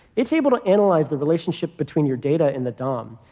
it's able to analyze the relationship between your data and the dom.